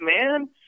man